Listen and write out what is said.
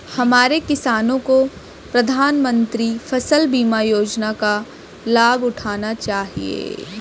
हमारे किसानों को प्रधानमंत्री फसल बीमा योजना का लाभ उठाना चाहिए